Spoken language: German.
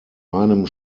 meinem